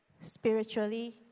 spiritually